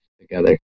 together